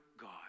God